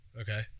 Okay